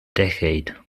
decade